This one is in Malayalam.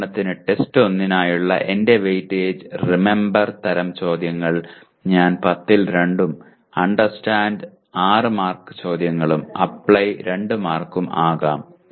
ഉദാഹരണത്തിന് ടെസ്റ്റ് 1 നുള്ള എന്റെ വെയിറ്റേജ് 'റിമെംബേർ ' തരം ചോദ്യങ്ങൾ ഞാൻ 10 ൽ 2 ഉം അണ്ടർസ്റ്റാൻഡ് 6 മാർക്ക് ചോദ്യങ്ങളും അപ്ലൈ 2 ഉം ആകാം